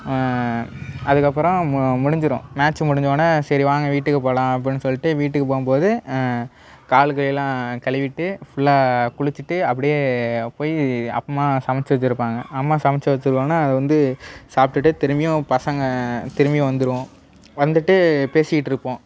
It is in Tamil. அதுக்கப்புறம் மு முடிஞ்சிரும் மேட்ச் முடிஞ்சோடன சரி வாங்க வீட்டுக்கு போகலாம் அப்படின்னு சொல்லிட்டு வீட்டுக்கு போகும்போது கால் கையெல்லாம் கழுவிகிட்டு ஃபுல்லாக குளிச்சிட்டு அப்படியே போய் அம்மா சமைச்சு வச்சிருப்பாங்க அம்மா சமைச்சு வச்சோடன அதை வந்து சாப்பிடுட்டு திரும்பியும் பசங்கள் திரும்பியும் வந்துடுவோம் வந்துட்டு பேசிக்கிட்டு இருப்போம்